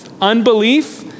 unbelief